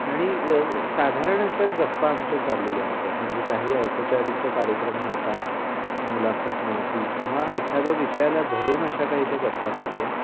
आणि साधारण अशा गप्पा आमच्या चाललेल्या होत्या म्हणजे काही औपचारिक तो कार्यक्रम नव्हता मुलाखत नव्हती किंवा एखाद्या विषयाला धरून अशा काही त्या गप्पा नव्हत्या